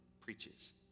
preaches